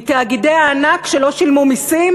מתאגידי הענק שלא שילמו מסים?